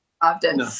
Often